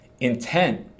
Intent